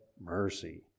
mercy